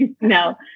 No